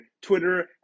Twitter